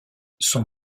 son